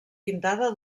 pintada